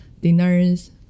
dinners